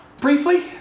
Briefly